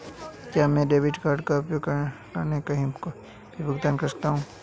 क्या मैं debit card का उपयोग करके कहीं भी भुगतान कर सकता हूं?